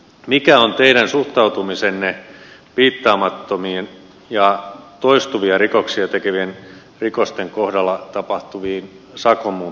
mikä on teidän suhtautumisenne piittaamattomiin ja toistuvia rikoksia tekevien rikollisten rikosten kohdalla tapahtuviin sakon muuntorangaistuksiin